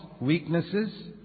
weaknesses